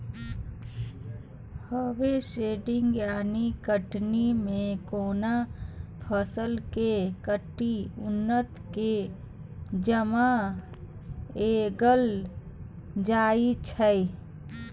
harvesting यानी कटनी मे कोनो फसल केँ काटि अन्न केँ जमा कएल जाइ छै